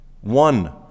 one